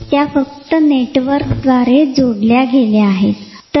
हा भाग भीती किंवा धोका या घटकांमुळे नेहमी उद्दीपित होतो